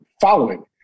following